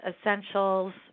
essentials